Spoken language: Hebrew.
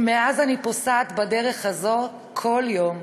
מאז אני פוסעת בדרך הזו כל יום.